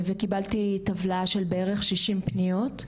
קיבלתי טבלה של בערך 60 פניות.